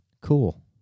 Cool